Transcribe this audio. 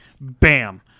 bam